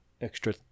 extra